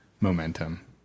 momentum